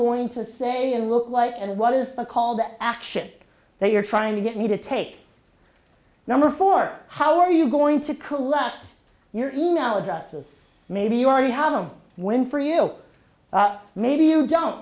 going to say and look like and what is a call to action that you're trying to get me to tape number four how are you going to collapse your e mail addresses maybe you already have them when for you maybe you don't